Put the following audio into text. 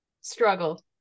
struggle